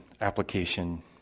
application